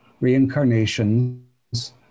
reincarnations